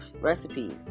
recipes